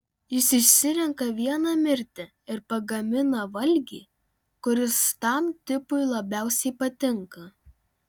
jis išsirenka vieną mirti ir pagamina valgį kuris tam tipui labiausiai patinka